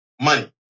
money